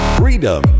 freedom